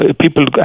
People